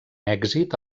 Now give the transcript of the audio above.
èxit